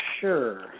sure